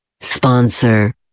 sponsor